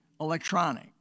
electronic